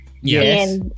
yes